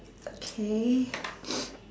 okay